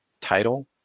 title